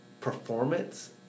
performance